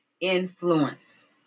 influence